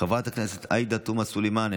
חברת הכנסת עאידה תומא סלימאן,